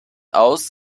aus